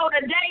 today